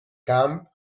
camp